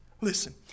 Listen